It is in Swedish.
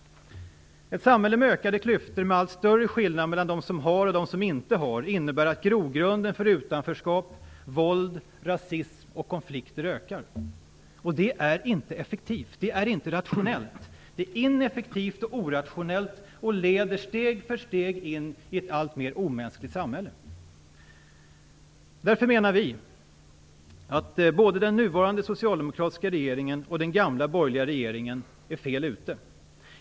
Ett samhälle med ökande klyftor, med allt större skillnad mellan dem som har och dem som inte har, innebär att grogrunden för utanförskap, våld, rasism och konflikter ökar. Och det är inte effektivt. Det är inte rationellt. Det är ineffektivt och orationellt och leder steg för steg in i ett alltmer omänskligt samhälle. Därför menar vi att både den nuvarande socialdemokratiska regeringen och den gamla borgerliga regeringen är fel ute.